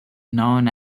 known